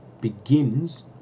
begins